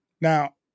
Now